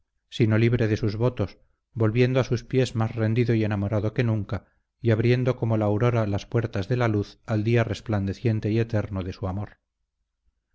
sino libre de sus votos volviendo a sus pies más rendido y enamorado que nunca y abriendo como la aurora las puertas de la luz al día resplandeciente y eterno de su amor